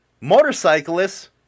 motorcyclists